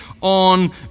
on